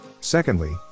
Secondly